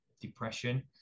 depression